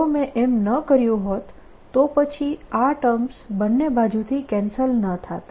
જો મેં એમ ન કર્યું હોત તો પછી આ ટર્મ્સ બંને બાજુથી કેન્સલ ન થાત